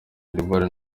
d’ivoire